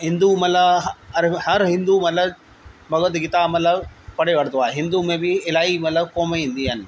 हिंदू मतिलबु हर हिंदू मतिलबु भगवत गीता मतिलबु पढ़े वठंदो आहे हिंदू में बि इलाही मतिलबु क़ौम ईंदी आहिनि